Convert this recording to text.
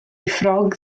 ffrog